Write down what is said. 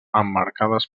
emmarcades